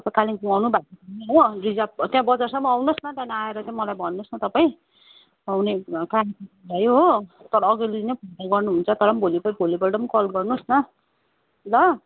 तपाईँ कालिम्पोङ आउनु रिजर्भ त्यहाँ बजारसम्म आउनुहोस् न त्यहाँदेखि आएर चाहिँ भन्नुहोस् न तपाईँ आउने प्लान फिक्स भयो हो तर अघिल्लो दिन नै फोन गर्नुहुन्छ तर भोलिपल्ट भोलिपल्ट पनि कल गर्नुहोस् न ल